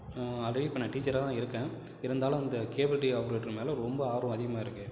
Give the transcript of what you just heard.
already இப்போ நான் டீச்சராக தான் இருக்கேன் இருந்தாலும் அந்த கேபிள் டிவி ஆப்பரேட்டர் மேலே ரொம்ப ஆர்வம் அதிகமாக இருக்குது